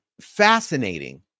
fascinating